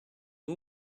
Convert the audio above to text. who